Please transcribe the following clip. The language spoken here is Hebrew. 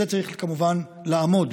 על זה צריך, כמובן, לעמוד.